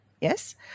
yes